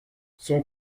son